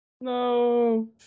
No